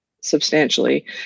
substantially